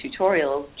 tutorials